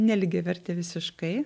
nelygiavertė visiškai